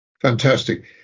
Fantastic